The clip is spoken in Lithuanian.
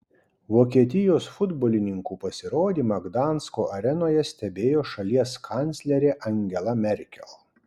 vokietijos futbolininkų pasirodymą gdansko arenoje stebėjo šalies kanclerė angela merkel